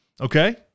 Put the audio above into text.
Okay